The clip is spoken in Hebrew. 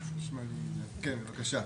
כן, בבקשה.